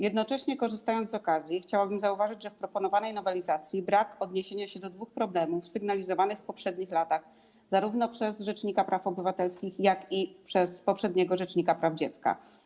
Jednocześnie, korzystając z okazji, chciałabym zauważyć, że w proponowanej nowelizacji brak odniesienia do dwóch problemów sygnalizowanych w poprzednich latach zarówno przez rzecznika praw obywatelskich, jak i przez poprzedniego rzecznika praw dziecka.